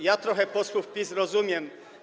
Ja trochę posłów PiS rozumiem.